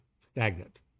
stagnant